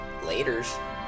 laters